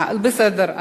בסדר.